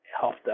helped